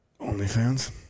OnlyFans